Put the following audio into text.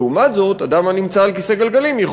ולעומת זאת אדם הנמצא על כיסא גלגלים יכול